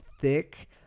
thick